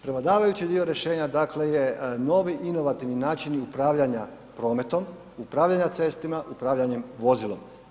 Prevladavajući dio rješenja dakle je novi inovativni način upravljanja prometom, upravljanja cestama, upravljanjem vozilom.